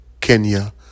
Kenya